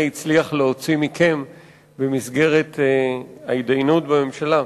הצליח להוציא מכם במסגרת ההתדיינות בממשלה,